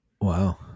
Wow